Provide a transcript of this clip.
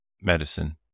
medicine